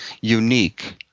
unique